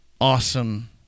awesome